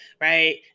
right